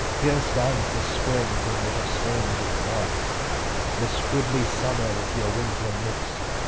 here stands the spring whom you have stain'd with mud this goodly summer with your winter mix'd.